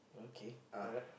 okay alright